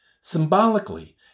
Symbolically